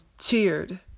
cheered